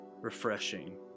refreshing